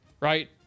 right